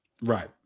Right